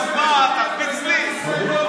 שלחו